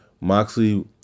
Moxley